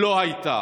לא היה.